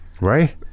Right